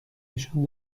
نشان